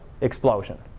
explosion